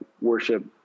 worship